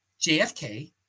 JFK